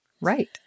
Right